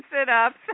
sit-ups